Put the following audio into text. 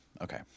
Okay